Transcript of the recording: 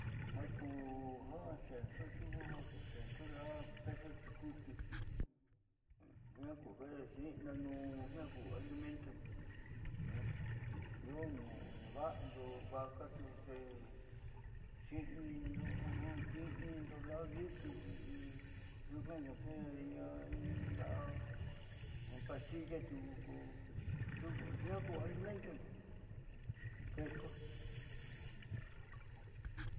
Ja kuu xeendo tiuku ja xeendo la'a queso nyikuutiu jiaa ku di'inanuun jiaa ku alimentundo io no neva'ando va tiuku xiinindo ja ki'inindo la'a diikuixi nyuunka ku alimentundo quesu.